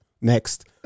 Next